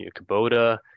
Kubota